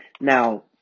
Now